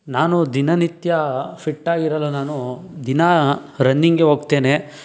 ನಾನು ದಿನನಿತ್ಯ ಫಿಟ್ಟಾಗಿರಲು ನಾನು ದಿನಾ ರನ್ನಿಂಗ್ಗೆ ಹೋಗ್ತೇನೆ